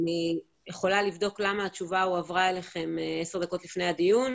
אני יכולה לבדוק למה התשובה הועברה אליכם 10 דקות לפני הדיון.